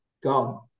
Gone